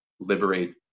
liberate